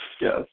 Yes